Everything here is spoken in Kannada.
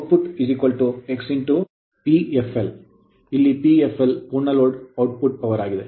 ಆದ್ದರಿಂದ ಔಟ್ ಪುಟ್ x Pfl ಇಲ್ಲಿ Pfl ಪೂರ್ಣ ಲೋಡ್ ಔಟ್ ಪುಟ್ ಪವರ್ ಆಗಿದೆ